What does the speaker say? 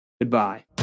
goodbye